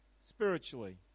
spiritually